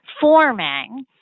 forming